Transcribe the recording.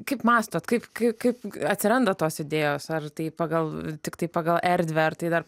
kaip mąstot kaip kai kaip atsiranda tos idėjos ar tai pagal tiktai pagal erdvę ar tai dar